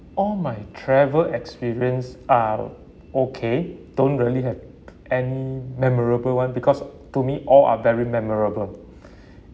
all my travel experience are okay don't really have any memorable [one] because to me all are very memorable